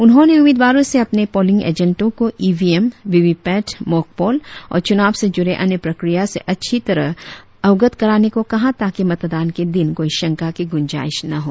उन्होंने उम्मीदवारों से अपने पोलिंग एजेंटो को ईवीएम वीवीपैट मोक पोल और चुनाव से जूड़े अन्य प्रक्रिया से अच्छी तरह अवगत कराने को कहा ताकि मतदान के दिन कोई शंका कि गुजाईश न हो